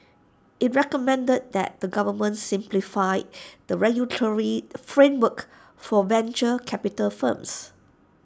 IT recommended that the government simplify the regulatory framework for venture capital firms